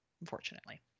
unfortunately